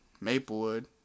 Maplewood